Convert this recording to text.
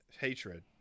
Hatred